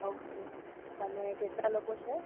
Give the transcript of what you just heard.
okay અને કેટલા લોકો છે